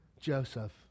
Joseph